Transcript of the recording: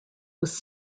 was